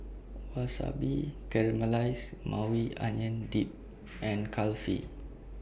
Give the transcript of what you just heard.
Wasabi Caramelized Maui Onion Dip and Kulfi